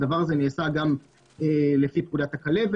הדבר הזה נעשה גם לפי פקודת הכלבת